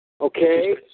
Okay